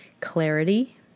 Clarity